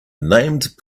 named